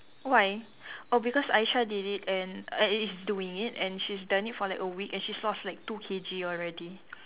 why oh because Aishah did it and i~ is doing it and she's done it for like a week and she's lost like two K_G already